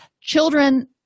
Children